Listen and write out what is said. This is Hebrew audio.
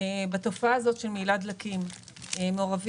בתופעה הזאת של מהילת דלקים מעורבים